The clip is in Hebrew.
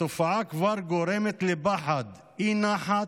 התופעה כבר גורמת לפחד, אי-נחת,